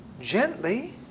gently